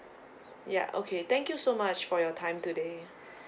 ya okay thank you so much for your time today